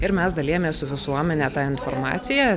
ir mes dalijamės su visuomene ta informacija